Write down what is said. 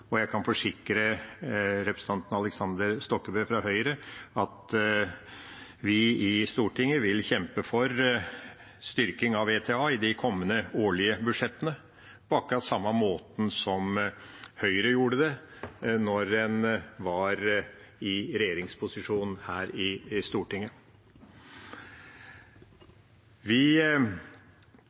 Og jeg kan forsikre representanten Aleksander Stokkebø fra Høyre om at vi i Stortinget vil kjempe for styrking av VTA i de kommende årlige budsjettene – på akkurat samme måte som Høyre gjorde da man var i regjeringsposisjon her i Stortinget. Vi har VTA i skjermede virksomheter, vi